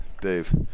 Dave